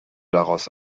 daraus